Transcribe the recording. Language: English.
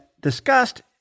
discussed